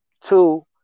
Two